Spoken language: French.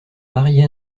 marie